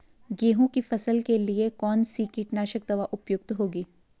गेहूँ की फसल के लिए कौन सी कीटनाशक दवा उपयुक्त होगी?